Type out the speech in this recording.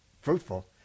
fruitful